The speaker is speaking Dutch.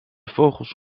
vogels